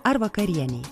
ar vakarienei